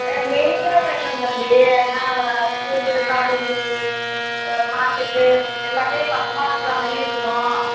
ஆ மெயினில் வேணும் தம்பி ஏன்னா ஸ்கூலு காலேஜு மார்க்கெட்டு எல்லாம் பக்கமாக இருக்கிற மாதிரி இருக்கணும்